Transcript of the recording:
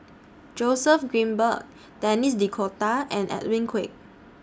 Joseph Grimberg Denis D'Cotta and Edwin Koek